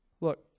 Look